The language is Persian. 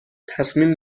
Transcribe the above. تصمیم